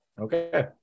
Okay